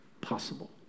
possible